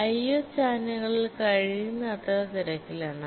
IO ചാനലുകൾ കഴിയുന്നത്ര തിരക്കിലാണ്